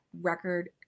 record